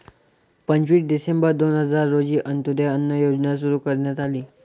पंचवीस डिसेंबर दोन हजार रोजी अंत्योदय अन्न योजना सुरू करण्यात आली